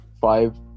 five